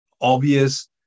obvious